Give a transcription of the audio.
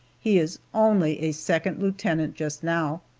he is only a second lieutenant just now,